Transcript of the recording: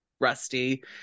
rusty